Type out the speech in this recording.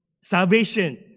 Salvation